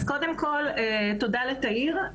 אז קודם כל תודה לתאיר.